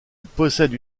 possède